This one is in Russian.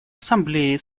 ассамблеи